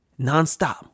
nonstop